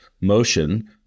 motion